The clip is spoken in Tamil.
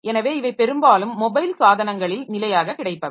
எனவே இவை பெரும்பாலும் மொபைல் சாதனங்களில் நிலையாக கிடைப்பவை